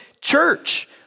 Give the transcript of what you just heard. church